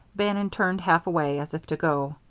bannon turned half away, as if to go.